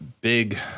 big